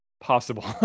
possible